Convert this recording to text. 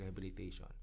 rehabilitation